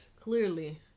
clearly